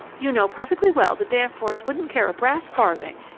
you know perfectly well, the danforths wouldn't care a brass farthing!